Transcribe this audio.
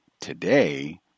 today